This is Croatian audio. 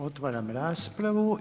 Otvaram raspravu.